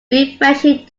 refreshing